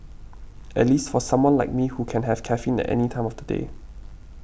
at least for someone like me who can have caffeine at any time of the day